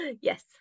Yes